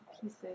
pieces